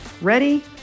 Ready